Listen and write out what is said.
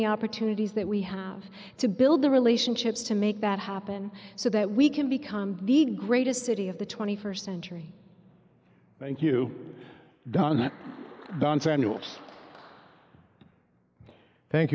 the opportunities that we have to build the relationships to make that happen so that we can become the greatest city of the twenty first century thank you don don samuels thank